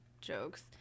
jokes